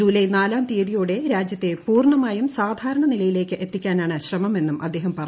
July നാലാം തീയതിയോടെ രാജ്യത്തെ പൂർണമായും സാധാരണ നിലയിലേക്ക് എത്തിക്കാനാണ് ശ്രമമെന്നും അദ്ദേഹം പറഞ്ഞു